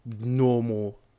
normal